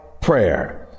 prayer